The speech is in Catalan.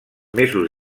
mesos